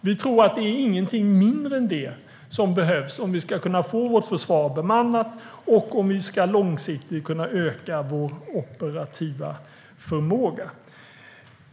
Vi tror att det är inget mindre än det som behövs om vi ska kunna få vårt försvar bemannat och om vi långsiktigt ska kunna öka vår operativa förmåga.